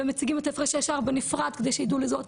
ומציגים את הפרשי השער בנפרד כדי שידעו לזהות.